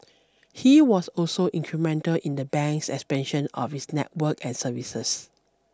he was also incremental in the bank's expansion of its network and services